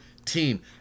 Team